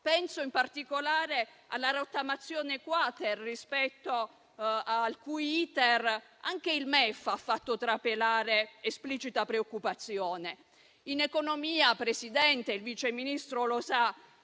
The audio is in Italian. Penso, in particolare, alla rottamazione *quater*, rispetto al cui *iter* anche il MEF ha fatto trapelare esplicita preoccupazione. In economia, signor Presidente, il Vice Ministro sa